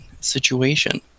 situation